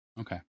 Okay